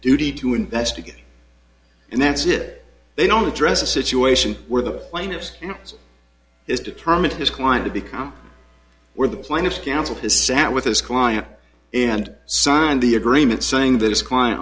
duty to investigate and that's it they don't address a situation where the plaintiffs has determined his client to become where the plaintiff counsel has sat with his client and signed the agreement saying that his client